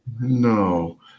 No